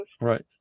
Right